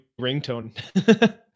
ringtone